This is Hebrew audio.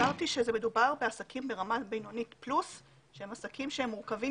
אמרתי שמדובר בעסקים ברמה בינונית פלוס שהם עסקים שהם מורכבים